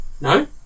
No